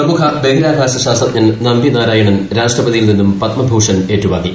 പ്രമുഖ ബഹിരാകാശ ശാസ്ത്രജ്ഞൻ നമ്പി നാരായണൻ രാഷ്ട്രപതിയിൽ നിന്നും പദ്മഭൂഷൻ ഏറ്റുവാങ്ങി